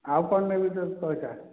ଆଉ କ'ଣ ନେବି ସବୁ କହିଥା